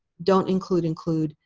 don't include, include.